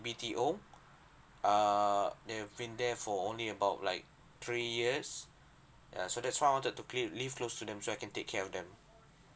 B_T_O err they have been there for only about like three ya so that's why I wanted to clear live close to them so I can take care of them